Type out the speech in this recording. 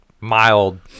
mild